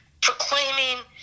proclaiming